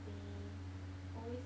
they always